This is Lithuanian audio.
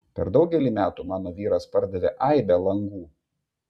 per daugelį metų mano vyras pardavė aibę langų